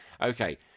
Okay